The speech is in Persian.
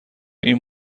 این